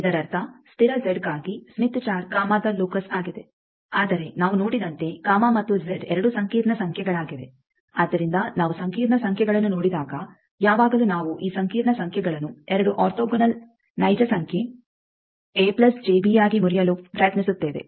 ಇದರರ್ಥ ಸ್ಥಿರ ಜೆಡ್ ಗಾಗಿ ಸ್ಮಿತ್ ಚಾರ್ಟ್ ಗಾಮಾದ ಲೋಕಸ್ ಆಗಿದೆ ಆದರೆ ನಾವು ನೋಡಿದಂತೆ ಗಾಮಾ ಮತ್ತು ಜೆಡ್ ಎರಡೂ ಸಂಕೀರ್ಣ ಸಂಖ್ಯೆಗಳಾಗಿವೆ ಆದ್ದರಿಂದ ನಾವು ಸಂಕೀರ್ಣ ಸಂಖ್ಯೆಗಳನ್ನು ನೋಡಿದಾಗ ಯಾವಾಗಲೂ ನಾವು ಈ ಸಂಕೀರ್ಣ ಸಂಖ್ಯೆಗಳನ್ನು ಎರಡು ಅರ್ಥೋಗೊನಲ್ ನೈಜ ಸಂಖ್ಯೆ ಯಾಗಿ ಮುರಿಯಲು ಪ್ರಯತ್ನಿಸುತ್ತೇವೆ